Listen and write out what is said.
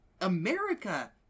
America